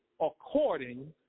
according